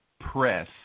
press